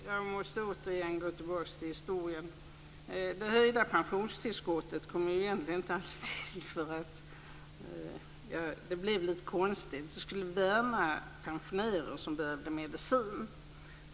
Fru talman! Jag måste återigen gå tillbaka till historien. Det höjda pensionstillskottet skulle värna pensionärer som behövde medicin.